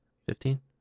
Fifteen